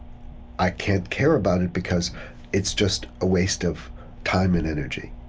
i can't care about it, because it's just a waste of time and energy,